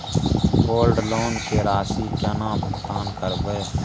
Gold loan के राशि केना भुगतान करबै?